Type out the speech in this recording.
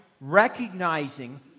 recognizing